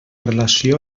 relació